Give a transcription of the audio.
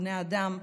בני האדם,